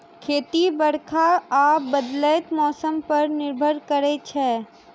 खेती बरखा आ बदलैत मौसम पर निर्भर करै छै